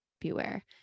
beware